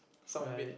some of it